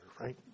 right